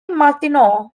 martino